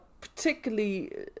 particularly